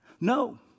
No